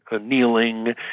kneeling